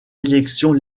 élections